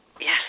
Yes